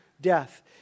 death